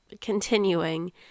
Continuing